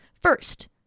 First